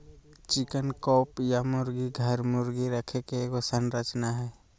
chicken coop या मुर्गी घर, मुर्गी रखे के एगो संरचना हइ